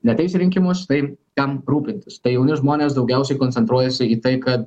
neateis rinkimus tai kam rūpintis tai jauni žmonės daugiausiai koncentruojasi į tai kad